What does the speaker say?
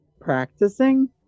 practicing